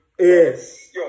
yes